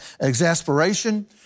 exasperation